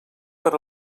per